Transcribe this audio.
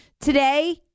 Today